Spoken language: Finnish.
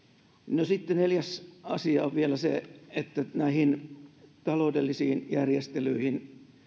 no sitten neljäs asia on vielä se että näihin taloudellisiin järjestelyihin